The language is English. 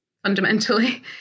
fundamentally